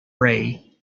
ray